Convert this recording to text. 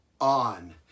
on